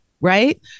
Right